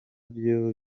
byo